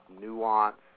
nuance